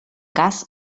cas